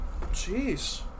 jeez